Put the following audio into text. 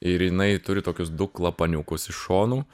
ir jinai turi tokius du klapaniukus iš šonų